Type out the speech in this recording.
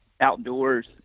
outdoors